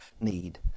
need